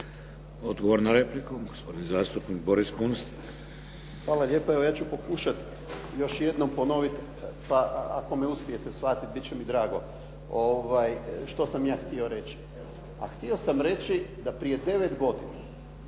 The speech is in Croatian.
Odgovor na repliku, gospodin zastupnik Boris Kunst. **Kunst, Boris (HDZ)** Hvala lijepo. Evo ja ću pokušati još jednom ponoviti, pa ako me uspijete shvatiti bit će mi drago što sam ja htio reći. A htio sam reći da prije 9 godine